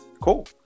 Cool